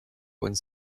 und